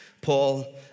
Paul